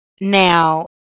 Now